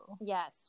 Yes